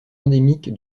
endémique